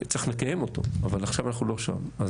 צריך לקיים אותו אבל עכשיו אנחנו לא שם.